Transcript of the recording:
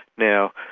now,